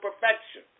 perfection